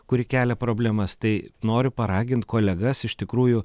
kuri kelia problemas tai noriu paragint kolegas iš tikrųjų